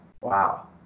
wow